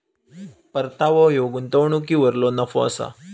परतावो ह्यो गुंतवणुकीवरलो नफो असा